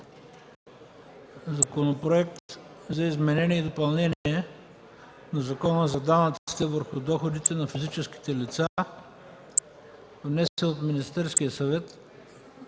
Законопроекта за изменение и допълнение на Закона за данъците върху доходите на физическите лица. Вносител – Министерският съвет.